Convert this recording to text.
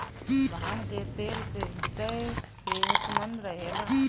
भांग के तेल से ह्रदय सेहतमंद रहेला